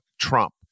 Trump